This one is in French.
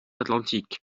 atlantique